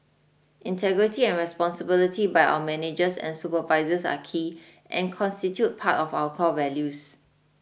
integrity and responsibility by our managers and supervisors are key and constitute part of our core values